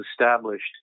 established